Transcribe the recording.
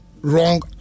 wrong